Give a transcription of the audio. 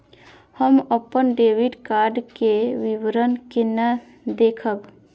हम अपन debit card के विवरण केना देखब?